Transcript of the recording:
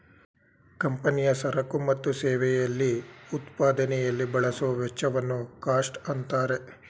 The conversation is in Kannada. ಕಂಪನಿಯ ಸರಕು ಮತ್ತು ಸೇವೆಯಲ್ಲಿ ಉತ್ಪಾದನೆಯಲ್ಲಿ ಬಳಸುವ ವೆಚ್ಚವನ್ನು ಕಾಸ್ಟ್ ಅಂತಾರೆ